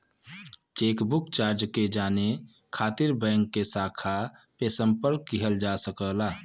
chequebook charge के जाने खातिर बैंक के शाखा पे संपर्क किहल जा सकला